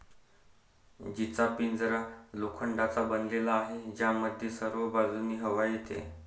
जीचा पिंजरा लोखंडाचा बनलेला आहे, ज्यामध्ये सर्व बाजूंनी हवा येते